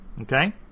okay